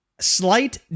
slight